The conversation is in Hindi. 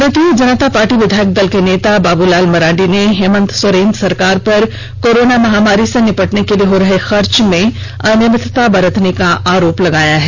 भारतीय जनता पार्टी विधायक दल के नेता बाबूलाल मरांडी ने हेमंत सोरेन की सरकार पर कोरोना महामारी से निपटने के लिए हो रहे खर्च में अनियमितता का आरोप लगाया है